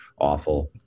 awful